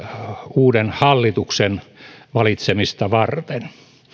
uuden hallituksen valitsemista varten